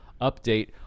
update